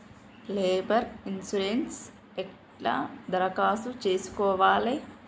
Labour insurance ఎట్ల దరఖాస్తు చేసుకోవాలే?